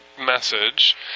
message